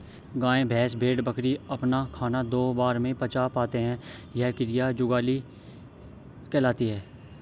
गाय, भैंस, भेड़, बकरी अपना खाना दो बार में पचा पाते हैं यह क्रिया जुगाली कहलाती है